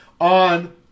on